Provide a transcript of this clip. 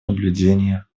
наблюдения